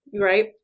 right